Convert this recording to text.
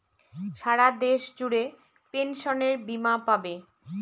সারা দেশ জুড়ে পেনসনের বীমা পাবে